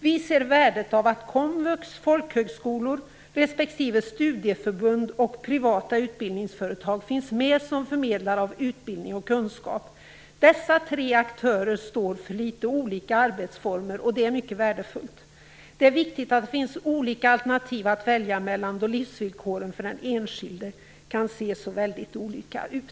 Vi ser värdet av att komvux, folkhögskolor respektive studieförbund och privata utbildningsföretag finns med som förmedlare av utbildning och kunskap. Dessa aktörer står för litet olika arbetsformer, och det är mycket värdefullt. Det är viktigt att det finns olika alternativ att välja mellan då livsvillkoren för den enskilde kan se så väldigt olika ut.